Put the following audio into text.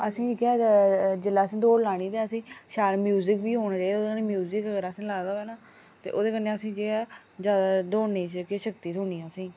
असेंगी केह् आखदे जेल्लै असें दौड़ लानी शैल म्यूजिक बी औना चाहिदा अगर असें म्यूजिक लाना होऐ ना ते ओह्दे कन्नै अस जे ऐ जादा दौड़ने दी जेह्की शक्ति थ्होनी असेंगी